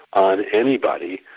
on anybody